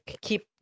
keep